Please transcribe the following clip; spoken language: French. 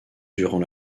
durant